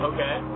Okay